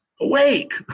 awake